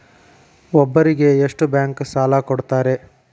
ಒಬ್ಬರಿಗೆ ಎಷ್ಟು ಬ್ಯಾಂಕ್ ಸಾಲ ಕೊಡ್ತಾರೆ?